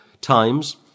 times